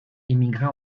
émigra